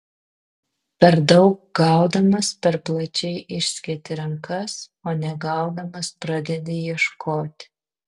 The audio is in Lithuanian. per daug gaudamas per plačiai išsketi rankas o negaudamas pradedi ieškoti